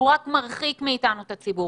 אלא רק מרחיקים מאיתנו את הציבור.